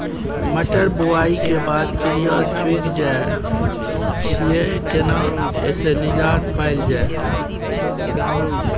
मटर बुआई के बाद चिड़िया चुइग जाय छियै केना ऐसे निजात पायल जाय?